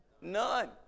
None